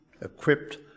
equipped